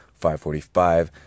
5.45